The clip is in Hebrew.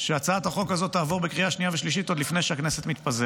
שהצעת החוק הזו תעבור בקריאה שנייה ושלישית עוד לפני שהכנסת מתפזרת,